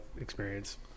experience